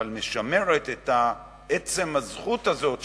אבל משמרת את עצם הזכות הזאת,